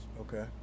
Okay